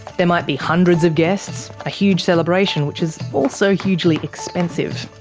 there might be hundreds of guests a huge celebration which is also hugely expensive.